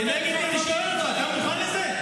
אני שואל אותך, אתה מוכן לזה?